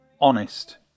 honest